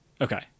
Okay